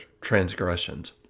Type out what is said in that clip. transgressions